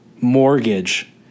mortgage